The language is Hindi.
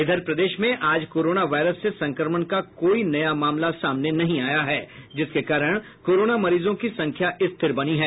इधर प्रदेश में आज कोरोना वायरस से संक्रमण का कोई नया मामला नहीं आया है जिसके कारण कोरोना मरीजों की संख्या स्थिर है